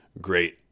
great